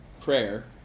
prayer